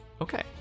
Okay